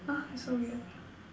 !huh! so weird